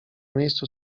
miejscu